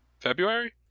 February